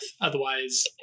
Otherwise